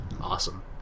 Awesome